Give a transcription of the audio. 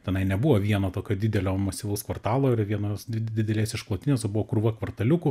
tenai nebuvo vieno tokio didelio masyvaus kvartalo ir vienos didelės išklotinės o buvo krūva kvartaliukų